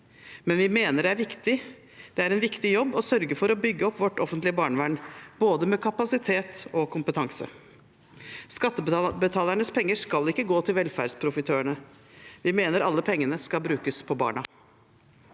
men vi mener det er en viktig jobb å sørge for å bygge opp vårt offentlige barnevern med både kapasitet og kompetanse. Skattebetalernes penger skal ikke gå til velferdsprofitørene. Vi mener alle pengene skal brukes på barna.